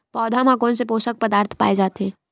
पौधा मा कोन से पोषक पदार्थ पाए जाथे?